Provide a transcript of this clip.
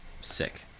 Sick